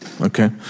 Okay